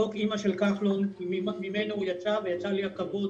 חוק אימא של כחלון כי ממנו הוא יצא ויצא לי הכבוד